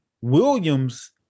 Williams